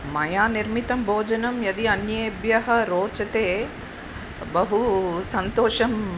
मया निर्मितं भोजनं यदि अन्येभ्यः रोचते बहु सन्तोषम्